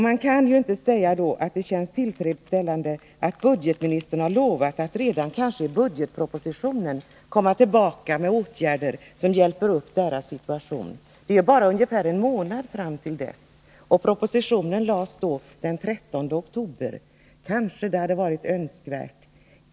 Man kan då inte säga att det känns tillfredsställande att budgetministern har lovat att kanske redan i budgetpropositionen komma tillbaka med förslag till åtgärder som hjälper upp deras situation. Det är bara ungefär en månad kvar till dess. Propositionen lades fram den 13 oktober.